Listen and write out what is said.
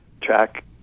Track